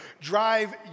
drive